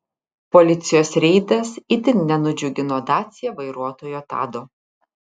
policijos reidas itin nenudžiugino dacia vairuotojo tado